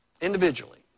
individually